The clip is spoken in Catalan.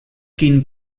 quin